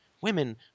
Women